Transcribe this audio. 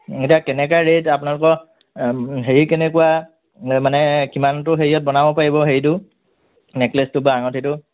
এতিয়া কেনেকৈ ৰেট আপোনলোকৰ হেৰি কেনেকুৱা মানে কিমানটো হেৰিয়ত বনাব পাৰিব হেৰিটো নেকলেচটো বা আঙুঠিটো